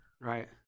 right